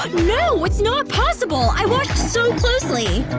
no! it's not possible! i watched so closely!